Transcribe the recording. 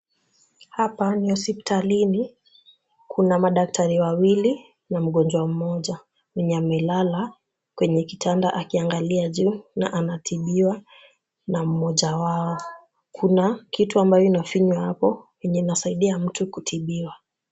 Hapa ni hospitalini, kuna madaktari wawili na mgonjwa mmoja mwenye amelala kwenye kitanda akiangalia juu na anatibiwa na mmoja wao. Kuna kitu ambayo inafinywa hapo yenye inasaidia mtu kutibiwa.